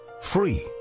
Free